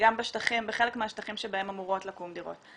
וגם בחלק מהשטחים שבהם אמורות לקום דירות.